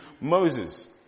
Moses